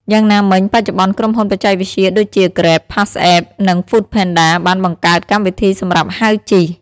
យ៉ាងណាមិញ បច្ចុប្បន្នក្រុមហ៊ុនបច្ចេកវិទ្យាដូចជា Grab, PassApp និង Foodpanda បានបង្កើតកម្មវិធីសម្រាប់ហៅជិះ។